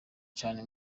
cane